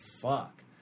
fuck